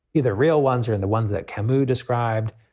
either real ones are and the ones that kamu described.